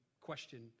question